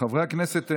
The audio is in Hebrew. חברי הכנסת,